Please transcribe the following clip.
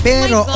Pero